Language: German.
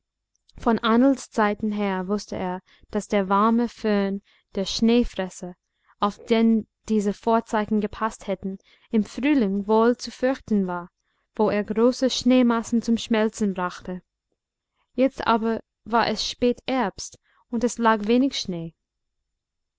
von ahnls zeiten her wußte er daß der warme föhn der schneefresser auf den diese vorzeichen gepaßt hätten im frühling wohl zu fürchten war wo er große schneemassen zum schmelzen brachte jetzt aber war es spätherbst und es lag wenig schnee